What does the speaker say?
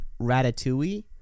Ratatouille